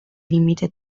limite